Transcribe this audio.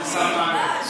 לוועדת הכלכלה נתקבלה.